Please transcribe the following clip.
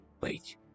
Wait